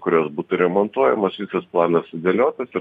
kurios būtų remontuojamos visas planas sudėliotas ir